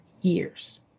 years